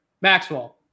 Maxwell